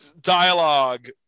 dialogue